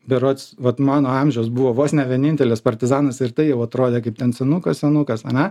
berods vat mano amžiaus buvo vos ne vienintelis partizanas ir tai jau atrodė kaip ten senukas senukas ane